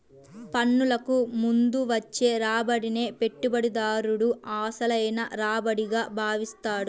పన్నులకు ముందు వచ్చే రాబడినే పెట్టుబడిదారుడు అసలైన రాబడిగా భావిస్తాడు